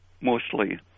mostly